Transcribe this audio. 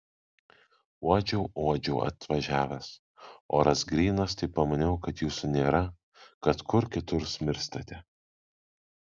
uodžiau uodžiau atvažiavęs oras grynas tai pamaniau kad jūsų nėra kad kur kitur smirstate